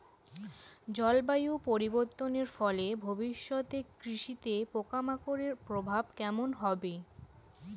জলবায়ু পরিবর্তনের ফলে ভবিষ্যতে কৃষিতে পোকামাকড়ের প্রভাব কেমন হবে?